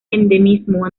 endemismo